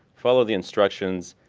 follow the instructions,